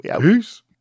Peace